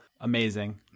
amazing